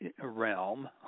realm